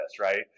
right